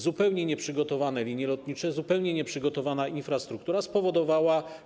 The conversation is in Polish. Zupełnie nieprzygotowane linie lotnicze, zupełnie nieprzygotowana infrastruktura spowodowały.